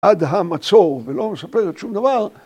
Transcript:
עד המצור ולא נספר את שום דבר.